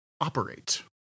operate